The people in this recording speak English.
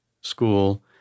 school